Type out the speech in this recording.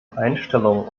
einstellungen